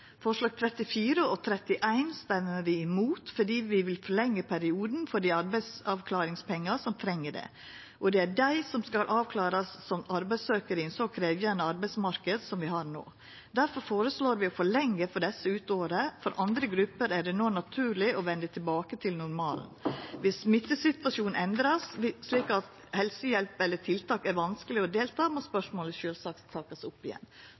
og 34 røystar vi imot fordi vi vil forlengja perioden for dei med arbeidsavklaringspengar som treng det, og det er dei som skal avklarast som arbeidssøkjarar i ein så krevjande arbeidsmarknad som vi har no. Difor føreslår vi å forlengja for desse ut året. For andre grupper er det no naturleg å venda tilbake til normalen. Viss smittesituasjonen vert endra slik at helsehjelp eller tiltak er vanskelege å delta i, må spørsmålet sjølvsagt takast opp igjen.